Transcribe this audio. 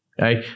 right